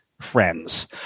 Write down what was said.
friends